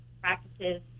practices